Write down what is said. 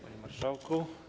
Panie Marszałku!